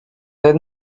the